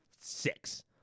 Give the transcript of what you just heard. six